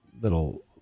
little